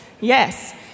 Yes